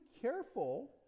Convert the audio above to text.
careful